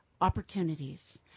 opportunities